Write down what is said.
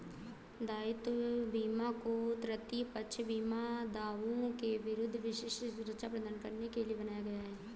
दायित्व बीमा को तृतीय पक्ष बीमा दावों के विरुद्ध विशिष्ट सुरक्षा प्रदान करने के लिए बनाया गया है